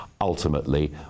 ultimately